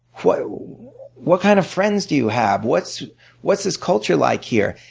what what kind of friends do you have? what's what's this culture like here?